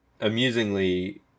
Amusingly